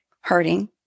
hurting